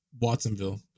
Watsonville